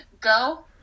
go